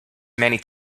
many